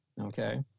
Okay